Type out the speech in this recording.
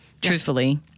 truthfully